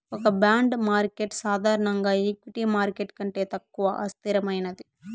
ఒక bond market సాధారణంగా equity market కంటే తక్కువ అస్థిరమైనది